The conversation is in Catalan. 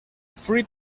fruit